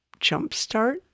jumpstart